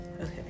okay